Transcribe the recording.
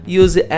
use